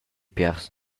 piars